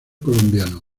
colombiano